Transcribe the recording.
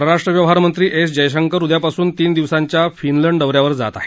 परराष्ट्र व्यवहार मंत्री एस जयशंकर उद्यापासून तीन दिवसांच्या फिनलंड दौऱ्यावर जात आहेत